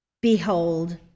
Behold